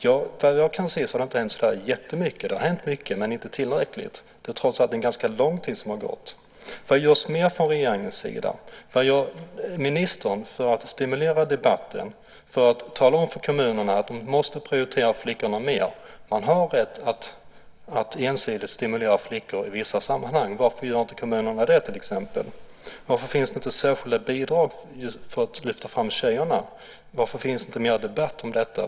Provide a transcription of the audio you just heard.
Såvitt jag kan se har det inte hänt så jättemycket. Det har hänt en del, men det är inte tillräckligt. Det har trots allt gått en ganska lång tid. Vad görs mer från regeringens sida? Vad gör ministern för att stimulera debatten och för att säga till kommunerna att de måste prioritera flickorna mera? Man har rätt att ensidigt stimulera flickors intressen i vissa sammanhang. Varför gör inte kommunerna det? Varför finns det inte särskilda bidrag för att lyfta fram tjejerna? Varför förs det inte mera debatt om detta?